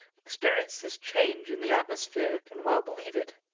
experienced this change in the atmosphere can well believe it.